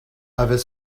avant